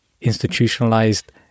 institutionalized